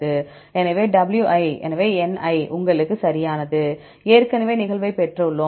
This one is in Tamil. எனவே n எங்களுக்கு சரியானது ஏற்கனவே நிகழ்வைப் பெற்றுள்ளோம்